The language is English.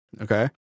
okay